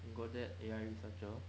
you got that A_I researcher